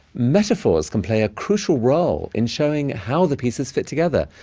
metaphors can play a crucial role in showing how the pieces fit together,